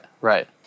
right